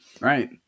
Right